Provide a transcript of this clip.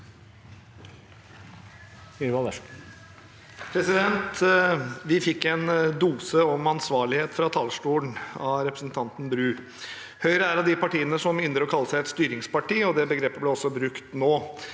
Vi fikk en dose om ansvarlighet fra talerstolen av representanten Bru. Høyre er et av de partiene som ynder å kalle seg et styringsparti, og det begrepet ble også brukt nå.